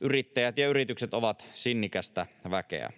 Yrittäjät ja yritykset ovat sinnikästä väkeä.